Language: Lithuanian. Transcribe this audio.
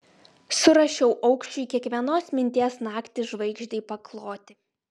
surašiau aukščiui kiekvienos minties naktį žvaigždei pakloti